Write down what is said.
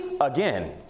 again